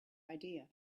idea